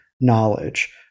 knowledge